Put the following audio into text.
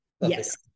yes